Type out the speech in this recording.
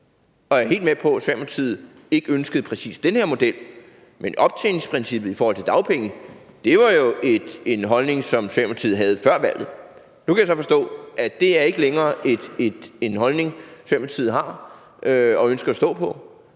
Jeg er helt med på, at Socialdemokratiet ikke ønskede lige præcis den her model, men optjeningsprincippet i forhold til dagpenge var jo noget, Socialdemokratiet gik ind for før valget. Nu kan jeg så forstå, at det ikke længere er en holdning, Socialdemokratiet har og ønsker at stå på